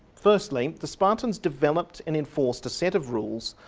firstly, the spartans developed and enforced a set of rules,